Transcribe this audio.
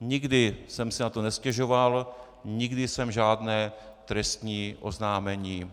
Nikdy jsem si na to nestěžoval, nikdy jsem žádné trestní oznámení